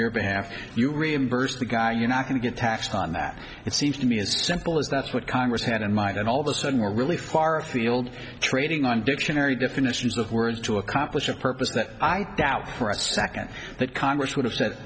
your behalf you reimburse the guy you're not going to get taxed on that it seems to be as simple as that's what congress had in mind and all of a sudden we're really far afield trading on dictionary definitions of words to accomplish a purpose that i doubt for a second that congress would have said